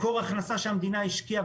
מקור הכנסה שהמדינה השקיעה,